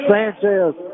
Sanchez